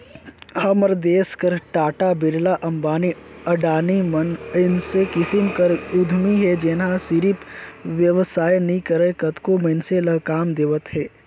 हमर देस कर टाटा, बिरला, अंबानी, अडानी मन अइसने किसिम कर उद्यमी हे जेनहा सिरिफ बेवसाय नी करय कतको मइनसे ल काम देवत हे